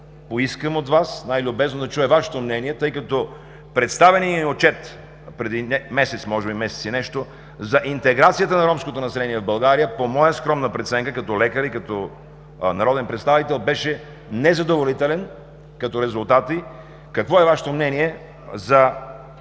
поискам от Вас най-любезно да чуя Вашето мнение, тъй като представеният ни отчет преди месец – месец и нещо, за интеграцията на ромското население в България по моя скромна преценка, като лекар и като народен представител, беше с незадоволителен резултат. Какво е Вашето мнение за